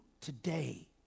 today